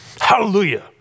Hallelujah